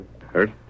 Hurt